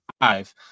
five